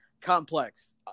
complex